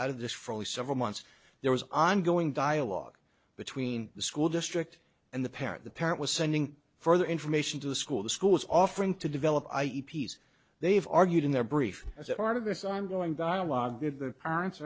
out of this for several months there was ongoing dialogue between the school district and the parent the parent was sending further information to the school the school is offering to develop i e peace they've argued in their brief as a part of this i'm going dialogue with the parents